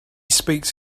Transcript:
speaks